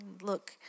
look